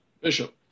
Bishop